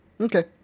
Okay